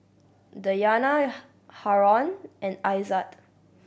Dayana Haron and Aizat